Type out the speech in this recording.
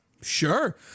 Sure